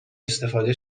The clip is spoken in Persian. استفاده